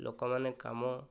ଲୋକମାନେ କାମ